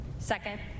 Second